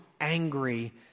angry